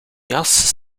jas